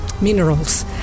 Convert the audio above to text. minerals